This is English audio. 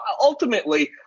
ultimately